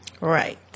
Right